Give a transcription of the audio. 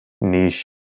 niche